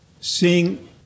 seeing